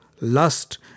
lust